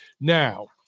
Now